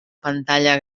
pantalla